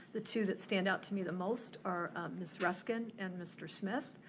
the two that stand out to me the most are ms. ruskin and mr. smith.